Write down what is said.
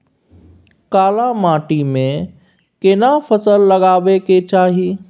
काला माटी में केना फसल लगाबै के चाही?